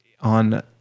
On